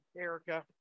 erica